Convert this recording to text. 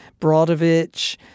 Brodovich